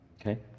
okay